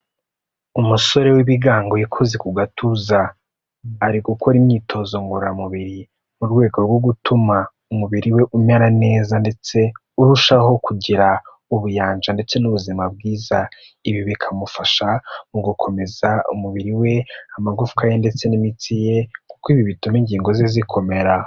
Umusore w'ibigango wikoze ku gatuza, ari gukora imyitozo ngororamubiri, mu rwego rwo gutuma umubiri we umera neza ndetse, urushaho kugira ubuyanja ndetse n'ubuzima bwiza. Ibi bikamufasha mu gukomeza umubiri we, amagufwa ye ndetse n'imitsi ye, kuko ibi bituma ingingo ze zikomera.